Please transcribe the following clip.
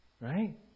Right